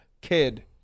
kid